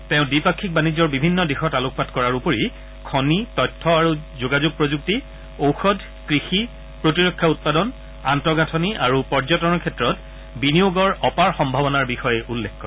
তেওঁ দ্বিপাক্ষিক বাণিজ্যৰ বিভিন্ন দিশত আলোকপাত কৰাৰ উপৰি খনি তথ্য আৰু যোগাযোগ প্ৰযুক্তি ঔষধ কৃষি প্ৰতিৰক্ষা উৎপাদন আন্তঃগাঁথনি আৰু পৰ্যটনৰ ক্ষেত্ৰত বিনিয়োগৰ অপাৰ সম্ভাৱনাৰ বিষয়ে উল্লেখ কৰে